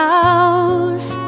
house